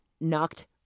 knocked